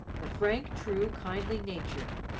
the frank, true, kindly nature,